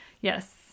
Yes